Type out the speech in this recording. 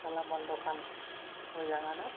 गेलामाल दखान मोजाङानो